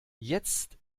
jetzt